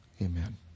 Amen